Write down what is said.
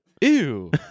Ew